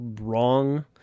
wrong